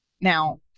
Now